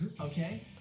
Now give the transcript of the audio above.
okay